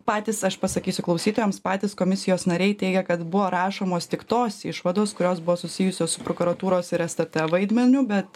patys aš pasakysiu klausytojams patys komisijos nariai teigia kad buvo rašomos tik tos išvados kurios buvo susijusios su prokuratūros ir stt vaidmeniu bet